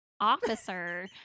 officer